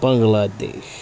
Bangladesh